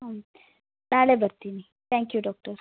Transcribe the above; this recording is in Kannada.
ಹ್ಞೂ ನಾಳೆ ಬರ್ತಿನಿ ತ್ಯಾಂಕ್ ಯು ಡಾಕ್ಟರ್